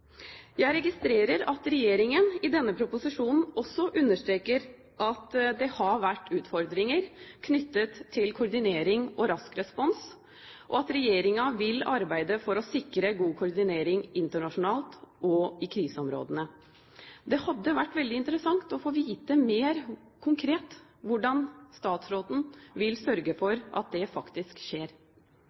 Jeg registrerer at regjeringen i denne proposisjonen også understreker at det har vært utfordringer knyttet til koordinering og rask respons, og at regjeringen vil arbeide for å sikre god koordinering internasjonalt og i kriseområdene. Det hadde vært veldig interessant å få vite mer konkret hvordan statsråden vil sørge for at det faktisk skjer.